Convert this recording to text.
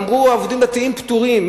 אמרו: העובדים הדתיים פטורים.